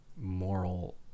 moral